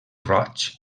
roig